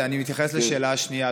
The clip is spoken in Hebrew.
אני מתייחס לשאלה השנייה,